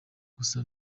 gusa